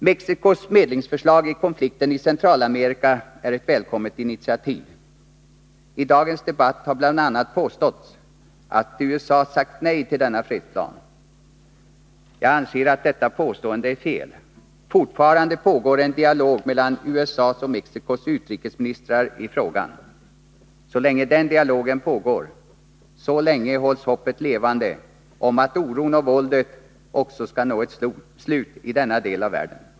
Mexicos medlingsförslag i konflikten i Centralamerika är ett välkommet initiativ. I dagens debatt har påståtts att USA sagt nej till denna fredsplan. Jag anser att detta påstående är felaktigt. Fortfarande pågår en dialog i frågan mellan USA:s och Mexicos utrikesministrar. Så länge den dialogen pågår, så länge hålls hoppet levande om att oron och våldet skall nå ett slut också i denna del av världen.